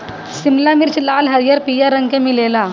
शिमला मिर्च लाल, हरिहर, पियर रंग के मिलेला